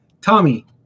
Tommy